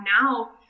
now